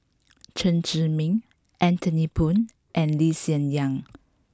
Chen Zhiming Anthony Poon and Lee Hsien Yang